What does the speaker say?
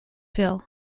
phil